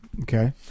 Okay